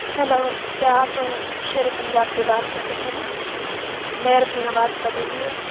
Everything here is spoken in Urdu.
ہلو کیا آپ شیرِ پنجاب سے بات کر رہے ہیں میں رفینہ بات کر رہی ہوں